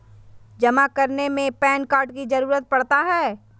जमा करने में पैन कार्ड की जरूरत पड़ता है?